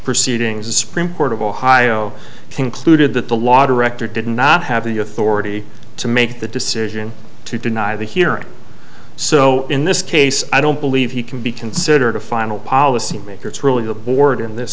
proceedings the supreme court of ohio concluded that the law director did not have the authority to make the decision to deny the hearing so in this case i don't believe he can be considered a final policymaker it's really a board in this